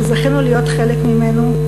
שזכינו להיות חלק ממנו,